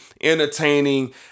entertaining